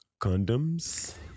Condoms